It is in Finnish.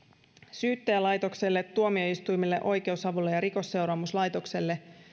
syyttäjälaitokselle tuomioistuimille oikeusavulle ja rikosseuraamuslaitokselle